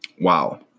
Wow